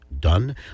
done